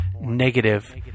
negative